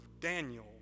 Daniel